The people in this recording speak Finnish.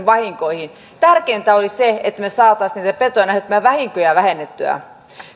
vahinkoihin tärkeintä olisi se että me saisimme niitä petojen aiheuttamia vahinkoja vähennettyä